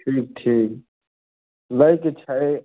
ठीक ठीक लै के छै